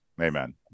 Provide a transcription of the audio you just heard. Amen